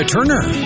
Turner